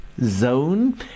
zone